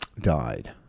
Died